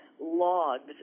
logs